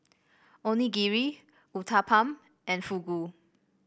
Onigiri Uthapam and Fugu